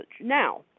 Now